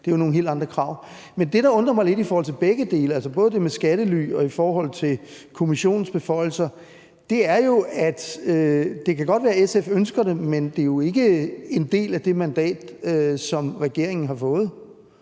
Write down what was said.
det er nogle helt andre krav. Men det, der undrer mig lidt, i forhold til begge dele, altså både det med skattely og det med Kommissionens beføjelser, er, at det jo godt kan være, SF ønsker det, men det er jo ikke en del af det mandat, som regeringen har fået.